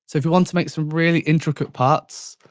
if you want to make some really intricate parts,